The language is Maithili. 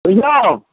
बुझलहुँ